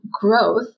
growth